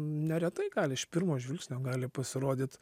neretai gali iš pirmo žvilgsnio gali pasirodyt